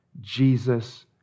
Jesus